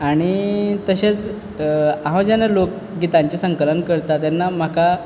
आनी तशेंच हांव जेन्ना लोकगितांचें संकलन करतां तेन्ना म्हाका